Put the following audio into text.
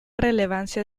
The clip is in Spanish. relevancia